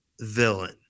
villain